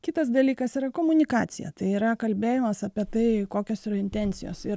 kitas dalykas yra komunikacija tai yra kalbėjimas apie tai kokios intencijos ir